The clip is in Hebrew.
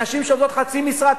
נשים שעובדות חצי משרה,